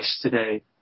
today